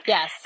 Yes